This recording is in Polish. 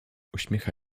uśmiecha